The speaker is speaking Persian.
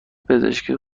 پزشکی